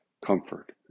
comfort